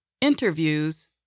interviews